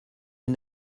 une